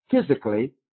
physically